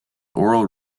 oral